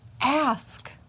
Ask